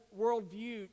worldview